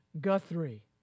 Guthrie